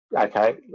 okay